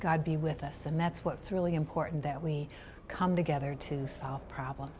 god be with us and that's what's really important that we come together to solve problems